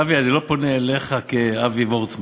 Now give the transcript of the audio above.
אבי, אני לא פונה אליך כאבי וורצמן,